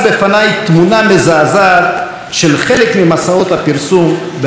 מזעזעת של חלק ממסעות הפרסום ברחבי הארץ: